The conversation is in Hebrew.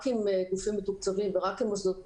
רק עם גופים מתוקצבים ורק עם מוסדות בריאות.